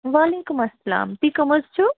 وَعلیکُم اَسَلام تُہۍ کَم حظ چھِو